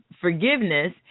forgiveness